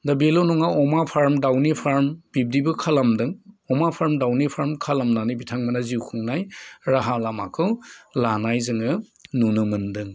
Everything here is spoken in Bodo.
दा बेल' नङा अमा फार्म दाउनि फार्म बिब्दिबो खालामदों अमा फार्म दाउनि फार्म खालामनानै बिथांमोना जिउ खुंनाय राहा लामाखौ लानाय जोङो नुनो मोन्दों